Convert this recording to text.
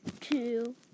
two